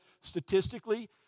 Statistically